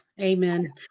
amen